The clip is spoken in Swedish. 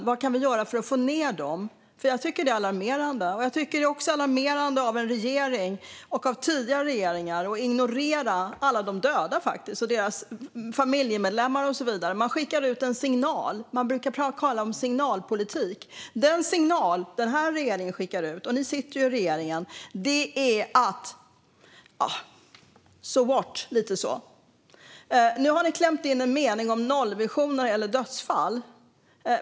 Vad kan vi göra för att få ned dem? Jag tycker att det är alarmerande. Det är också alarmerande av en regering och av tidigare regeringar att ignorera alla de döda, deras familjemedlemmar och så vidare. Man skickar ut en signal. Man brukar tala om signalpolitik. Den signal den här regeringen skickar ut, och ni sitter i regeringen, är lite: So what? Nu har ni klämt in en mening om nollvision när det gäller dödsfall.